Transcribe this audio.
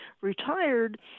retired